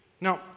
Now